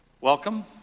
welcome